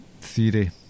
Theory